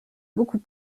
beaucoup